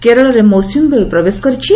କେରଳରେ ମୌସୁମୀ ବାୟୁ ପ୍ରବେଶ କରିଛି